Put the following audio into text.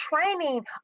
training